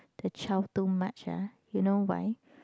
the child too much ah you know why